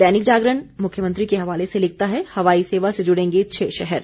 दैनिक जागरण मुख्यमंत्री के हवाले से लिखता है हवाई सेवा से जुड़ेंगे छह शहर